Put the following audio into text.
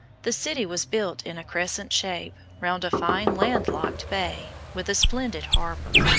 the city was built in a crescent shape, round a fine land-locked bay, with a splendid harbour.